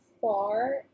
far